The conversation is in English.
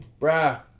Bruh